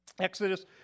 Exodus